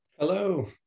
Hello